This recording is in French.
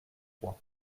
trois